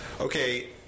okay